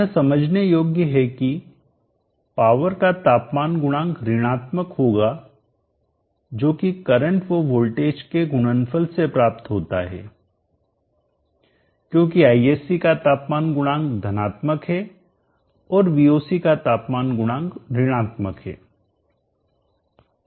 यह समझने योग्य है की पावर का तापमान गुणांक ऋणात्मक होगा जो कि करंट व वोल्टेज के गुणनफल से प्राप्त होता है क्योंकि Isc का तापमान गुणांक धनात्मक है और VOC का तापमान गुणांक ऋणात्मक है